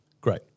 Great